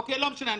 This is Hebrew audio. אוקיי, לא משנה.